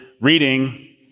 reading